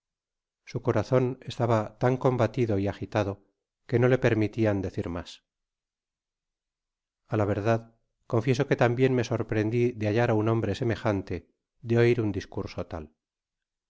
su corazon estaba tan combatido y agitado que no le permitian decir mas a la verdad confieso que tambieo me sorprendí de hallar á m hombre semejante de oir un discurso tal